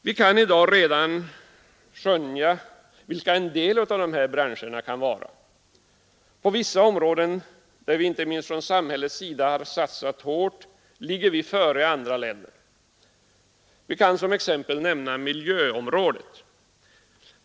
Vi kan redan i dag skönja vilka en del av dessa branscher kan vara. På vissa områden, där vi inte minst från samhällets sida har satsat hårt, ligger vi före andra länder. Vi kan som exempel nämna miljöområdet.